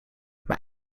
maar